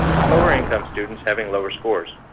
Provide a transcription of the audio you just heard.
with lower income students having lower scores.